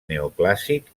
neoclàssic